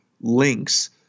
links